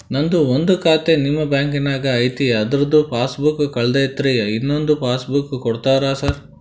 ನಂದು ಒಂದು ಖಾತೆ ನಿಮ್ಮ ಬ್ಯಾಂಕಿನಾಗ್ ಐತಿ ಅದ್ರದು ಪಾಸ್ ಬುಕ್ ಕಳೆದೈತ್ರಿ ಇನ್ನೊಂದ್ ಪಾಸ್ ಬುಕ್ ಕೂಡ್ತೇರಾ ಸರ್?